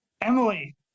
emily